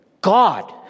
God